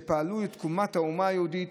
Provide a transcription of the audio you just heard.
פעלו לתקומת האומה היהודית